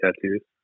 tattoos